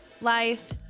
life